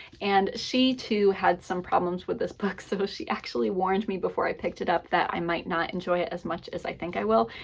and she, too, had some problems with this book, so she actually warned me before i picked it up that i might not enjoy it as much as i think i will.